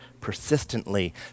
persistently